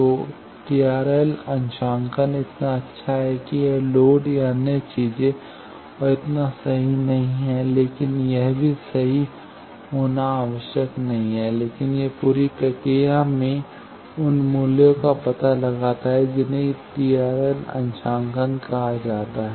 तो TRL अंशांकन इतना अच्छा है कि यह लोड या अन्य चीजें और इतना सही नहीं है लेकिन यह भी सही होना आवश्यक नहीं है लेकिन यह पूरी प्रक्रिया में उन मूल्यों का पता लगाता है जिन्हें TRL अंशांकन कहा जाता है